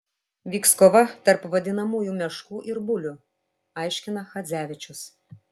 vyks kova tarp vadinamųjų meškų ir bulių aiškina chadzevičius